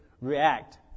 react